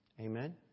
Amen